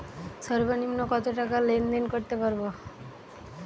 সর্বনিম্ন কত টাকা লেনদেন করতে পারবো?